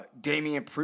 Damian